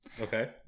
Okay